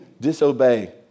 disobey